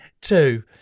two